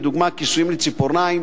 לדוגמה כיסויים לציפורניים,